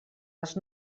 les